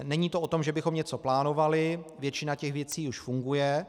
Není to o tom, že bychom něco plánovali, většina těch věcí už funguje.